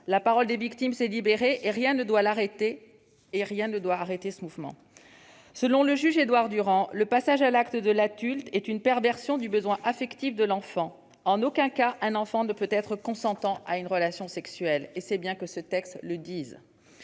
La parole des victimes s'est libérée et rien ne doit arrêter ce mouvement. Selon le juge Édouard Durand, le passage à l'acte de l'adulte est une perversion du besoin affectif de l'enfant. En aucun cas un enfant ne peut être consentant à une relation sexuelle, et il est bien que ce texte le dise.